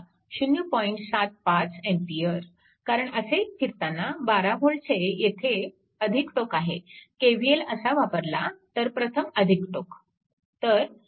कारण असे फिरताना 12V चे येथे हे टोक आहे KVL असा वापरला तर प्रथम टोक